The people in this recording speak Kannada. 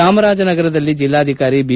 ಚಾಮರಾಜನಗರದಲ್ಲಿ ಜಿಲ್ಲಾಧಿಕಾರಿ ಐ